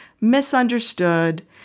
misunderstood